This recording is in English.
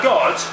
God